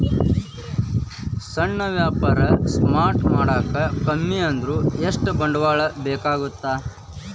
ಸಣ್ಣ ವ್ಯಾಪಾರ ಸ್ಟಾರ್ಟ್ ಮಾಡಾಕ ಕಮ್ಮಿ ಅಂದ್ರು ಎಷ್ಟ ಬಂಡವಾಳ ಬೇಕಾಗತ್ತಾ